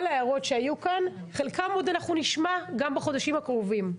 כל ההערות שהיו כאן חלקן עוד נשמע גם בחודשים הקרובים.